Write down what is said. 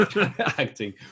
Acting